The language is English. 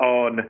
on